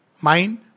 mind